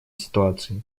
ситуации